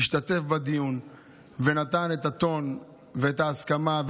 השתתף בדיון ונתן את הטון ואת ההסכמה.